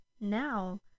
Now